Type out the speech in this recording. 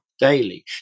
daily